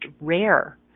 rare